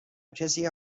کسی